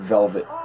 Velvet